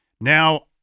Now